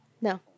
no